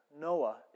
Noah